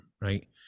Right